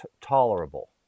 tolerable